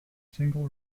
single